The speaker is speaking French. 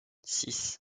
six